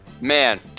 Man